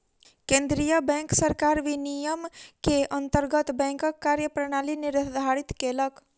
केंद्रीय बैंक सरकार विनियम के अंतर्गत बैंकक कार्य प्रणाली निर्धारित केलक